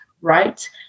right